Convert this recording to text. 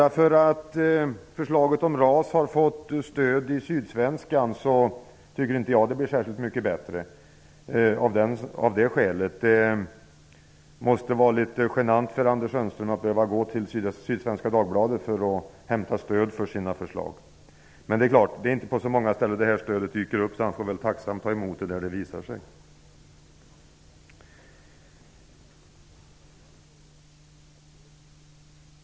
Det faktum att förslaget om RAS fått stöd i tidningen Sydsvenska Dagbladet gör inte att jag av det skälet tycker att förslaget blir särskilt mycket bättre. Men det måste vara litet genant för Anders Sundström att behöva gå till Sydsvenska Dagbladet för att hämta stöd för sina förslag. Men det är ju inte på så många ställen som det här stödet dyker upp, så han får väl tacksamt ta emot det när det väl kommer.